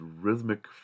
rhythmic